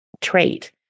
trait